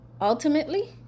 ultimately